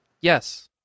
Yes